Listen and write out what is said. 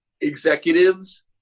executives